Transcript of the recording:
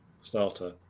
starter